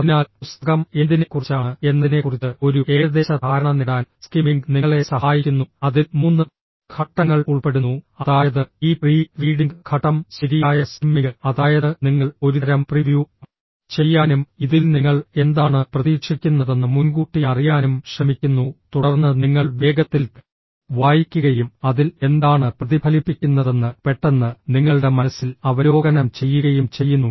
അതിനാൽ പുസ്തകം എന്തിനെക്കുറിച്ചാണ് എന്നതിനെക്കുറിച്ച് ഒരു ഏകദേശ ധാരണ നേടാൻ സ്കിമ്മിംഗ് നിങ്ങളെ സഹായിക്കുന്നു അതിൽ മൂന്ന് ഘട്ടങ്ങൾ ഉൾപ്പെടുന്നു അതായത് ഈ പ്രീ റീഡിംഗ് ഘട്ടം ശരിയായ സ്കിമ്മിംഗ് അതായത് നിങ്ങൾ ഒരുതരം പ്രിവ്യൂ ചെയ്യാനും ഇതിൽ നിങ്ങൾ എന്താണ് പ്രതീക്ഷിക്കുന്നതെന്ന് മുൻകൂട്ടി അറിയാനും ശ്രമിക്കുന്നു തുടർന്ന് നിങ്ങൾ വേഗത്തിൽ വായിക്കുകയും അതിൽ എന്താണ് പ്രതിഫലിപ്പിക്കുന്നതെന്ന് പെട്ടെന്ന് നിങ്ങളുടെ മനസ്സിൽ അവലോകനം ചെയ്യുകയും ചെയ്യുന്നു